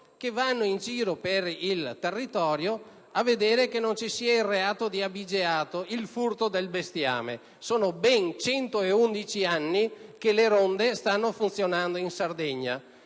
prefetto, per il territorio a vedere che non ci sia il reato di abigeato, il furto di bestiame. Sono ben 111 anni che le ronde stanno funzionando in Sardegna.